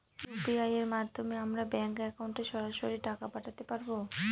UPI এর মাধ্যমে আমরা ব্যাঙ্ক একাউন্টে সরাসরি টাকা পাঠাতে পারবো?